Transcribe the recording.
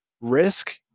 risk